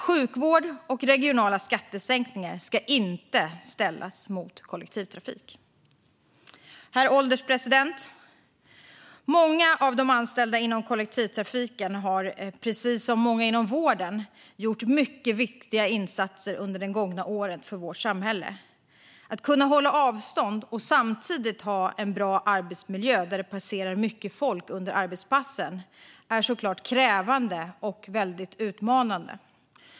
Sjukvård och regionala skattesänkningar ska inte ställas mot kollektivtrafiken. Herr ålderspresident! Många av de anställda inom kollektivtrafiken har, precis som många inom vården, gjort mycket viktiga insatser för vårt samhälle under det gångna året. Att kunna hålla avstånd och att samtidigt ha en bra arbetsmiljö där det passerar mycket folk under arbetspassen är krävande och utmanande.